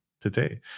today